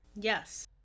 Yes